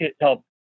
help